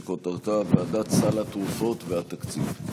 שכותרתה: ועדת סל התרופות והתקציב.